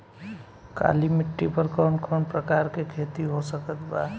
काली मिट्टी पर कौन कौन प्रकार के खेती हो सकत बा?